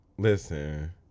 Listen